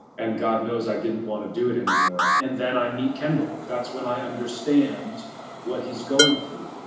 and god knows i didn't wanna do it anymore. and then i meet kendall. that's when i understand what he's going through.